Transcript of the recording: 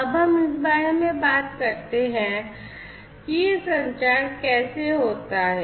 अब हम इस बारे में बात करते हैं कि यह संचार कैसे होता है